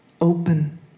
Open